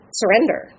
surrender